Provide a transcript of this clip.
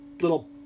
little